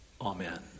amen